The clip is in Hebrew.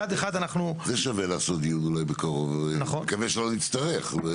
על זה שווה לעשות דיון בקרוב, מקווה שאלא נצטרך.